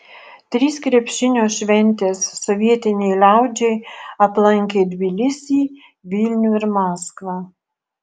trys krepšinio šventės sovietinei liaudžiai aplankė tbilisį vilnių ir maskvą